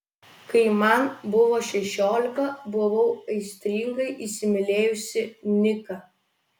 kai man buvo šešiolika buvau aistringai įsimylėjusi niką